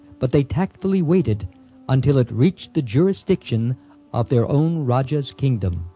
but they tactfully waited until it reached the jurisdiction of their own raja's kingdom.